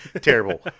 terrible